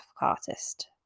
artist